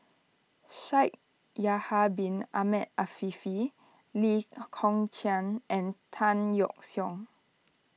Shaikh Yahya Bin Ahmed Afifi Lee Kong Chian and Tan Yeok Seong